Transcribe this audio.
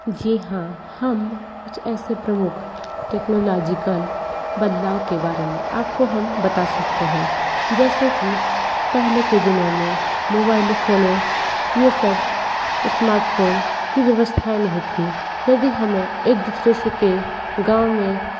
जी हाँ हम कुछ ऐसे प्रमुख टेक्नोलॉजीकल बदलाव के बारे में आपको हम बता सकते हैं जैसे कि पहले के दिनों में मोबाइले फोनें यह सब स्मार्टफोन की व्यवस्थाएँ नहीं थी यदि हमें एक दूसरे से के गाँव में